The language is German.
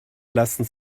lassen